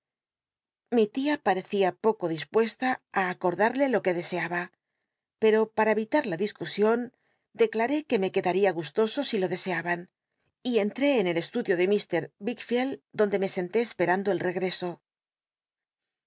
ji lía parecía poco dispuesta á acordarle lo que deseaba pero pam e iuu la discusion declaré que me quedaría gustoso i lo deseaban y entré en el estudio de mr wici oeld donde me senté esperando el regr